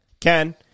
Ken